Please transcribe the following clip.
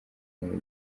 bihe